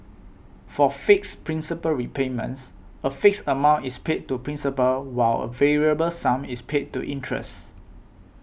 for fixed principal repayments a fixed amount is paid to principal while a variable sum is paid to interest